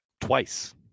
twice